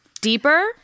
Deeper